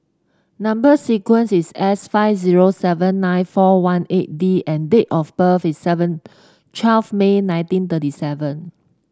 number sequence is S five zero seven nine four one eight D and date of birth is seven twelfth May nineteen thirty seven